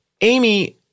Amy